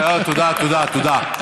תודה, תודה, תודה.